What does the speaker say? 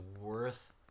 worth